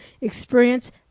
experience